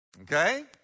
okay